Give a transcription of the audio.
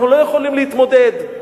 אנחנו לא יכולים להתמודד.